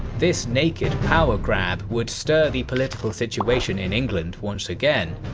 this naked power grab would stir the political situation in england once again.